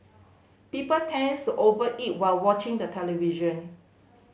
people tends to over eat while watching the television